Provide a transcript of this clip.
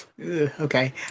Okay